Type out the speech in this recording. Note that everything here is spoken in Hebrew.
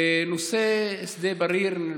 נושא שדה בריר,